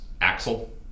Axel